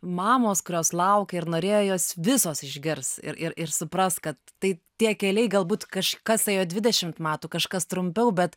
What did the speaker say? mamos kurios laukia ir norėjo jos visos išgirs ir ir ir supras kad tai tie keliai galbūt kažkas ėjo dvidešim metų kažkas trumpiau bet